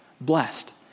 Blessed